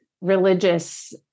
religious